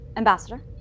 Ambassador